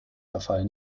verfall